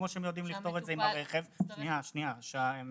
כמו שהם